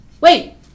wait